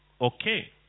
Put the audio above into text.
okay